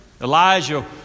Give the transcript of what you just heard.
Elijah